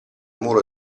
muro